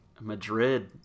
Madrid